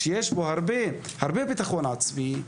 שיש בו הרבה ביטחון עצמי,